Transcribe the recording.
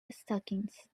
stockings